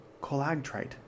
colagtrite